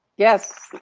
yes,